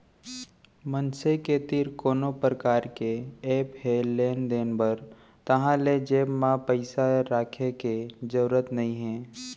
मनसे के तीर कोनो परकार के ऐप हे लेन देन बर ताहाँले जेब म पइसा राखे के जरूरत नइ हे